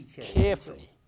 carefully